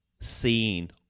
seen